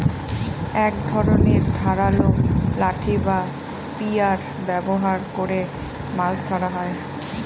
এক ধরনের ধারালো লাঠি বা স্পিয়ার ব্যবহার করে মাছ ধরা হয়